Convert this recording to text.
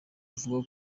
mvuga